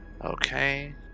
Okay